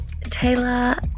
taylor